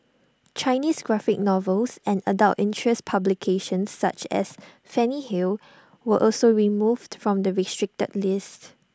Chinese graphic novels and adult interest publications such as Fanny hill were also removed from the restricted list